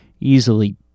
easily